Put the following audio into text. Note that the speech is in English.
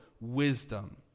wisdom